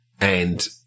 and-